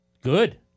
Good